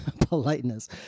politeness